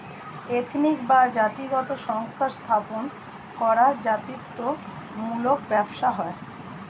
ethnic বা জাতিগত সংস্থা স্থাপন করা জাতিত্ব মূলক ব্যবসা হয়